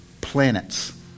planets